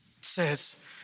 says